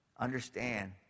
Understand